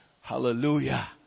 Hallelujah